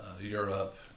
Europe